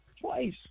twice